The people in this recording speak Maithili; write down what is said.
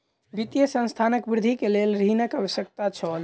वित्तीय संस्थानक वृद्धि के लेल ऋणक आवश्यकता छल